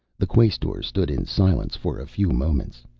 the quaestor stood in silence for a few moments.